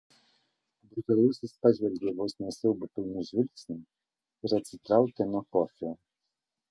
brutalusis pažvelgė vos ne siaubo pilnu žvilgsniu ir atsitraukė nuo kofio